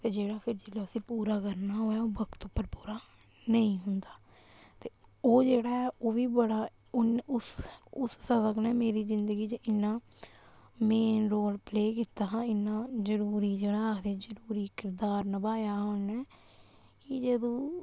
ते जेह्ड़ा फेर जेल्लै उसी पूरा करना होऐ ओह् वक्त उप्पर पूरा नेईं होंदा ते ओह् जेह्ड़ा ऐ ओह् बी बड़ा उन उस उस सबक ने मेरी जिंदगी च इन्ना मेन रोल प्ले कीता हा इन्ना जरूरी जेह्ड़ा आखदे जरूरी किरदार नभाया उन्नै कि जदूं